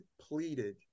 pleaded